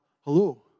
Hello